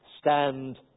Stand